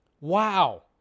Wow